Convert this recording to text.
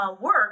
work